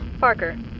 Parker